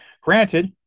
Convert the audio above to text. Granted